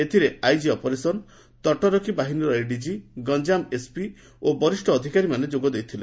ଏଥିରେ IG operation ତଟରକ୍ଷୀ ବାହିନୀର ଏଡିଜି ଗଞ୍ଞାମ ଏସ୍ପି ଓ ବରିଷ ଅଧିକାରୀମାନେ ଯୋଗ ଦେଇଥିଲେ